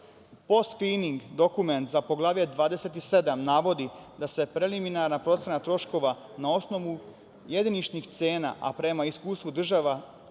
skrining dokumentu za Poglavlje 27 navodi da se preliminarna procena troškova na osnovu jediničnih cena, a prema iskustvu država